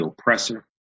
oppressor